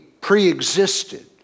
preexisted